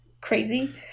crazy